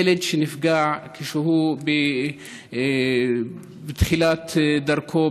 ילד שכשהוא בתחילת דרכו,